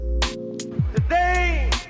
Today